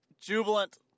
jubilant